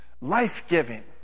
life-giving